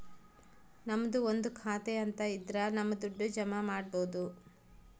ನಮ್ದು ಒಂದು ಖಾತೆ ಅಂತ ಇದ್ರ ನಮ್ ದುಡ್ಡು ಜಮ ಮಾಡ್ಬೋದು